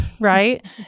right